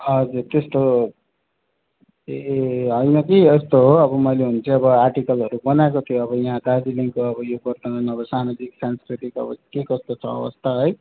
हजुर त्यस्तो ए होइन कि यस्तो हो अब मैले हुनु चाहिँ आर्टिकलहरू चाहिँ बनाएको थिएँ अब यहाँ दार्जिलिङको वर्तमान अब यो सामुदायिक सांस्कृतिक के कस्तो छ अवस्था है